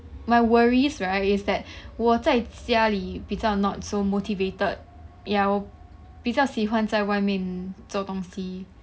my worries right is that 我在家里比较 not so motivated ya 我比较喜欢在外面做东西